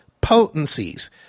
potencies